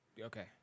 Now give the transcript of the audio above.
Okay